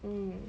mm